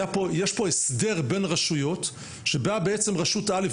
יש פה הסדר בין רשויות שבאה בעצם רשות א'